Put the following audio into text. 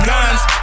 Guns